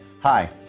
Hi